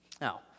Now